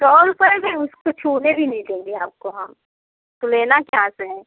सौ रुपये में उसको छूने भी नहीं देंगे आपको हम तो लेना चाहते हैं